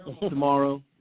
tomorrow